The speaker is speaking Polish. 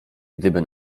gdyby